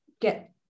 get